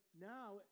now